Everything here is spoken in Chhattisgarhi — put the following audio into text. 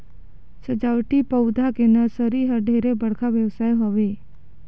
सजावटी पउधा के नरसरी ह ढेरे बड़का बेवसाय हवे